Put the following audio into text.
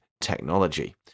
technology